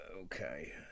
okay